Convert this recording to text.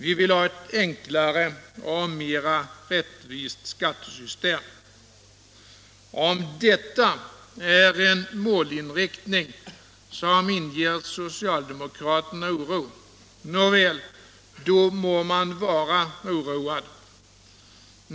Vi vill ha ett enklare och mera rättvist skattesystem. Om detta är en målinriktning som inger socialdemokraterna oro — nåväl, då må man vara oroad!